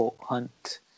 Hunt